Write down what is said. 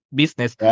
business